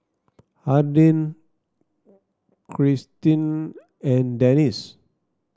Hardin Krystin and Dennis